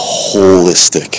holistic